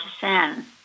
sin